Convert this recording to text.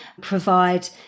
provide